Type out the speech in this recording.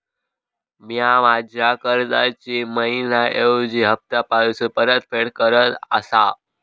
म्या माझ्या कर्जाची मैहिना ऐवजी हप्तासून परतफेड करत आसा